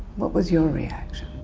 what was your reaction?